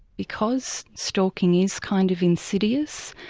because stalking is kind of insidious,